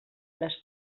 les